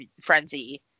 frenzy